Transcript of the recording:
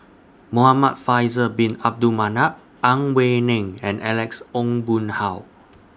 Muhamad Faisal Bin Abdul Manap Ang Wei Neng and Alex Ong Boon Hau